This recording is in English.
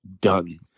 done